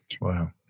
Wow